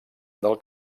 del